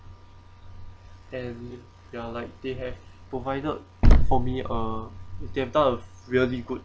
and they are like they have provided for me uh they have done a really good